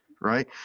Right